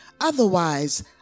Otherwise